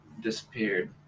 disappeared